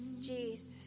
Jesus